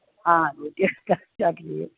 ആ പുതിയ